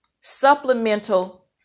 supplemental